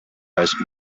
has